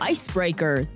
Icebreaker